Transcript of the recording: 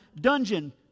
dungeon